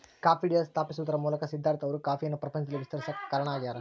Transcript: coffee day ಸ್ಥಾಪಿಸುವದರ ಮೂಲಕ ಸಿದ್ದಾರ್ಥ ಅವರು ಕಾಫಿಯನ್ನು ಪ್ರಪಂಚದಲ್ಲಿ ವಿಸ್ತರಿಸಾಕ ಕಾರಣ ಆಗ್ಯಾರ